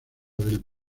del